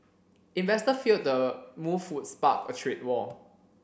investor feared the move would spark a trade war